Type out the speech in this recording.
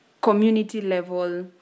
community-level